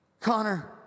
Connor